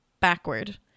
backward